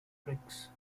tricks